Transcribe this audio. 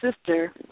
sister